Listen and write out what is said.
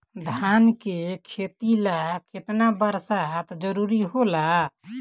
धान के खेती ला केतना बरसात जरूरी होला?